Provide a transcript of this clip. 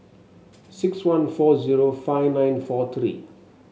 six one four zero five nine four three